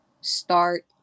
start